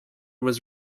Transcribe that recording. was